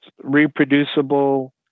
reproducible